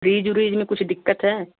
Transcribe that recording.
fridge व्रिज में कुछ दिक्कत है